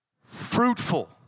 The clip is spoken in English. fruitful